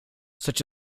such